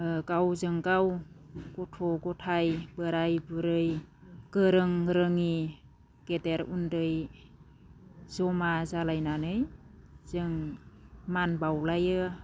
गावजों गाव गथ' गाथाइ बोराइ बुरै गोरों रोङि गेदेर उन्दै जमा जालायनानै जों मान बावलायो